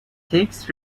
takes